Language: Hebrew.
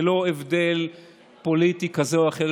ללא הבדל פוליטי כזה או אחר,